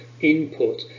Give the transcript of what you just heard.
input